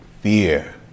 fear